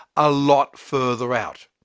a lot further out.